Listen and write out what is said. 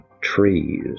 trees